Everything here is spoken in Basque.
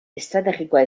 estrategikoa